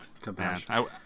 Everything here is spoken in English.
compassion